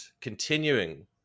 continuing